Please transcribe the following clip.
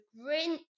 Grinch